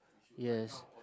yes